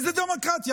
דמוקרטיה?